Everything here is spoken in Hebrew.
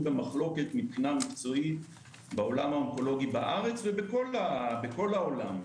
במחלוקת מבחינה מקצועית בעולם האונקולוגי בארץ ובכל העולם,